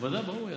ודאי, ברור לי.